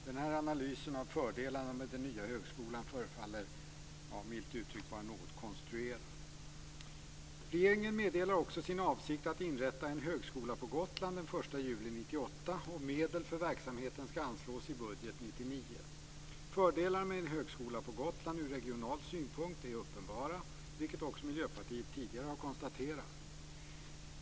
Denna analys av fördelarna med den nya högskolan förefaller, milt uttryckt, vara något konstruerad. Regeringen meddelar också sin avsikt att inrätta en högskola på Gotland den 1 juli 1998. Medel för verksamheten skall anslås i budgeten 1999. Fördelarna med en högskola på Gotland är ur regional synpunkt uppenbara, vilket också Miljöpartiet tidigare har konstaterat.